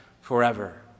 forever